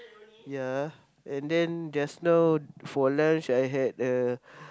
ya and then just now for lunch I had a